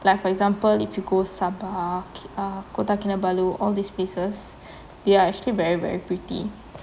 like for example if you go sabah uh kota kinabalu all these places they are actually very very pretty